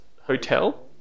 Hotel